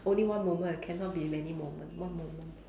only one moment cannot be many moment one moment